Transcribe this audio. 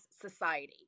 society